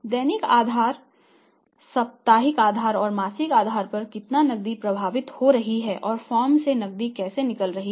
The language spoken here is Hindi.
दैनिक आधार साप्ताहिक आधार या मासिक आधार पर कितनी नकदी प्रवाहित हो रही है और फर्म से नकदी कैसे निकल रही है